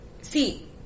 see